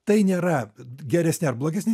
tai nėra geresni ar blogesni